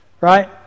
Right